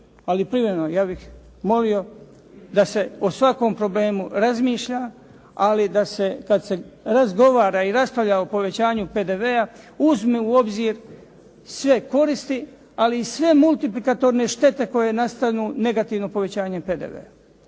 privremeno. Ja bih molio da se o svakom problemu razmišlja, ali da se kad se razgovara i raspravlja o povećanju PDV-a uzme u obzir sve koristi, ali i sve multiplikatorne štete koje nastanu negativno povećanjem PDV-a,